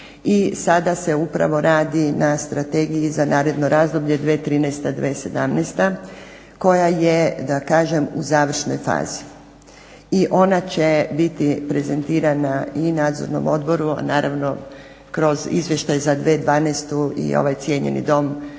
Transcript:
sada se upravo radi na strategiji za naredno razdoblje 2013.-2017 koja je da kažem u završnoj fazi. I ona će biti prezentirana i Nadzornom odboru, a naravno kroz Izvještaj za 2012. i ovaj cijenjeni Dom čut